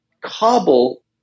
cobble